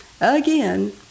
Again